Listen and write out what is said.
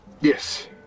Yes